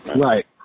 Right